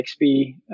XP